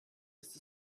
ist